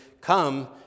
come